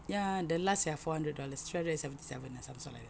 ya the last yang four hundred dollars three hundred seventy seven some sort like that